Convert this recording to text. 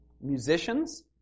musicians